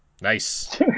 Nice